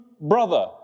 brother